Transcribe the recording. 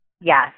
yes